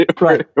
right